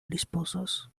disposes